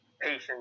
patience